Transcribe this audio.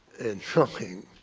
and shocking